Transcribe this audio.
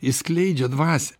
jis skleidžia dvasią